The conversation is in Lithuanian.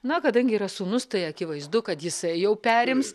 na kadangi yra sūnus tai akivaizdu kad jisai jau perims